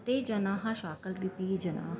ते जनाः शाकलद्वीपीयजनाः